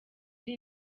ari